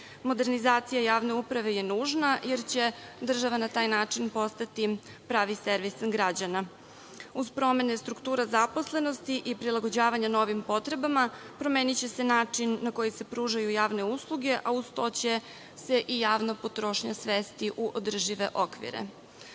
javne uprave je nužna jer će država na taj način postati pravi servis građana. Uz promene strukture zaposlenosti i prilagođavanja novim potrebama, promeniće se način na koji se pružaju javne usluge, a uz to će se i javna potrošnja svesti u održive okvire. Kako